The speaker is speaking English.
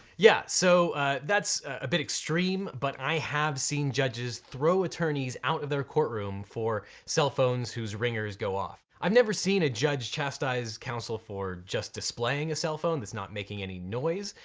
yeah, so that's a bit extreme, but i have seen judges throw attorneys out of their court room for cell phones whose ringers go off. i've never seen a judge chastise council for just displaying a cell phone that's not making any noise,